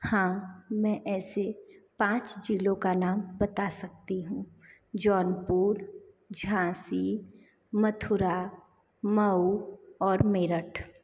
हाँ मैं ऐसे पाँच जिलों का नाम बता सकती हूँ जौनपुर झांसी मथुरा मऊ और मेरठ